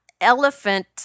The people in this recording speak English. elephant